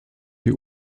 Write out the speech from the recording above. die